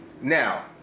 Now